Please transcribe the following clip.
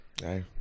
Hey